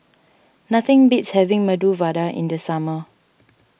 nothing beats having Medu Vada in the summer